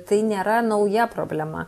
tai nėra nauja problema